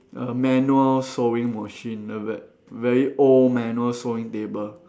a manual sewing machine the ve~ very old manual sewing table